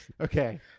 Okay